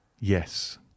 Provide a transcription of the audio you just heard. Yes